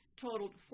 totaled